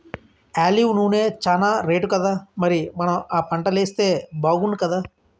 olive నూనె చానా రేటుకదా మరి మనం ఆ పంటలేస్తే బాగుణ్ణుకదా